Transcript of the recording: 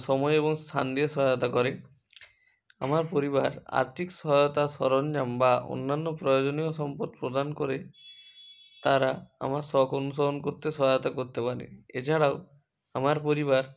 সময় এবং স্থান দিয়ে সহায়তা করে আমার পরিবার আর্থিক সহায়তা সরঞ্জাম বা অন্যান্য প্রয়োজনীয় সম্পদ প্রদান করে তারা আমার শখ অনুসরণ করতে সহায়তা করতে পারে এছাড়াও আমার পরিবার